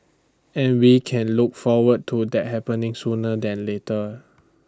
and we can look forward to that happening sooner than later